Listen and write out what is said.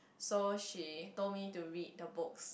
so she told me to read the books